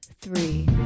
three